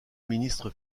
ministre